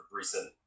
recent